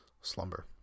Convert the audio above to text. slumber